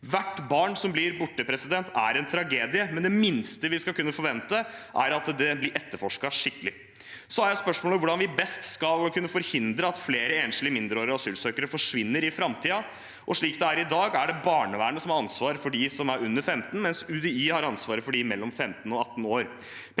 Hvert barn som blir borte, er en tragedie, men det minste vi skal kunne forvente, er at det blir etterforsket skikkelig. Så er spørsmålet hvordan vi best skal kunne forhindre at flere enslige mindreårige asylsøkere forsvinner i framtiden. Slik det er i dag, er det barnevernet som har ansvaret for dem som er under 15 år, mens UDI har ansvaret for dem mellom 15 år og 18 år.